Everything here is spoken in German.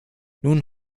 nun